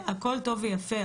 הכול טוב ויפה,